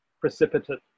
precipitate